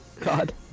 God